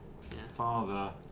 Father